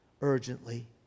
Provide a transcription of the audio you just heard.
urgently